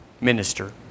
minister